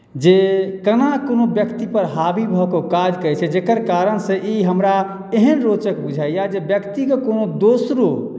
जे केना कोनो व्यक्तिपर हावी भऽ कऽ काज करैत छै जकर कारणसँ ई हमरा एहन रोचक बुझाइए जे व्यक्तिकेँ कोनो दोसरो